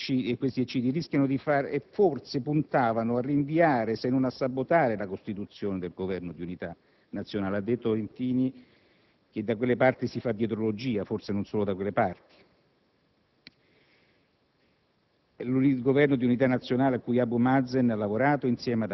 Dal punto di vista più complessivamente politico, queste azioni e questi eccidi forse puntavano a rinviare, se non a sabotare, la costituzione del Governo di unità nazionale (ha detto Intini che da quelle parti si fa dietrologia, e forse non solo da quelle parti),